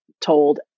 told